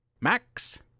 Max